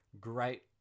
great